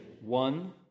One